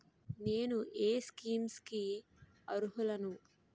నేను ఏ స్కీమ్స్ కి అరుహులను?